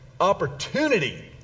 opportunity